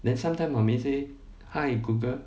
then sometimes mummy say hi google